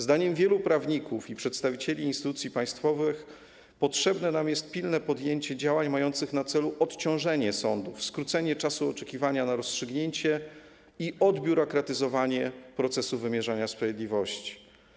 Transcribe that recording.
Zdaniem wielu prawników i przedstawicieli instytucji państwowych potrzebne nam jest pilne podjęcie działań mających na celu odciążenie sądów, skrócenie czasu oczekiwania na rozstrzygnięcie i odbiurokratyzowanie procesu wymierzania sprawiedliwości.